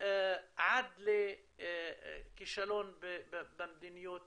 עד לכישלון במדיניות